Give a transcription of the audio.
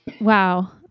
wow